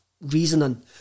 reasoning